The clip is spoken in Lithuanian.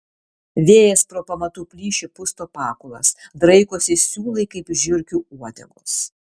vėjas pro pamatų plyšį pusto pakulas draikosi siūlai kaip žiurkių uodegos